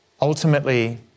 ultimately